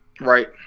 Right